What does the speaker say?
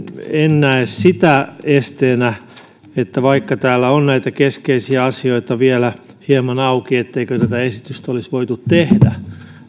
näe sitä esteenä vaikka täällä on näitä keskeisiä asioita vielä hieman auki etteikö tätä esitystä olisi voitu tehdä